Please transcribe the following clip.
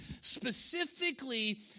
specifically